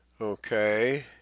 okay